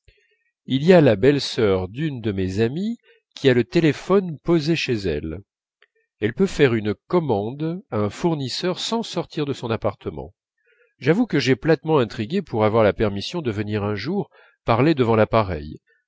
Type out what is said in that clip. il y a la belle-sœur d'une de mes amies qui a le téléphone posé chez elle elle peut faire une commande à un fournisseur sans sortir de son appartement j'avoue que j'ai platement intrigué pour avoir la permission de venir un jour parler devant l'appareil